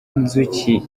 inzuki